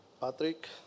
Patrick